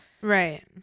right